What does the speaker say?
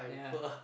yeah